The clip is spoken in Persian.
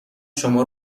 شما